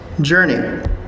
journey